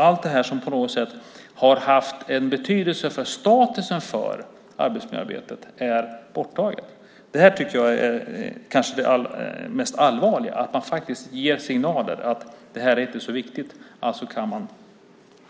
Allt det som på något sätt har haft en betydelse för statusen för arbetsmiljöarbetet är borttaget. Det här tycker jag kanske är det mest allvarliga, att man faktiskt ger signaler om att det här inte är så viktigt. Man kan alltså